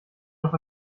noch